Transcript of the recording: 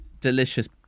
delicious